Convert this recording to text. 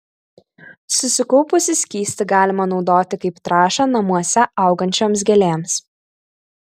susikaupusį skystį galima naudoti kaip trąšą namuose augančioms gėlėms